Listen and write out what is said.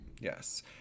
Yes